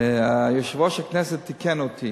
יושב-ראש הכנסת תיקן אותי